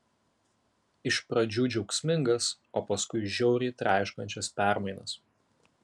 iš pradžių džiaugsmingas o paskui žiauriai traiškančias permainas